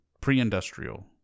pre-industrial